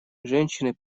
женщины